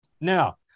Now